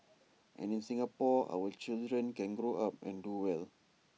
and in Singapore our children can grow up and do well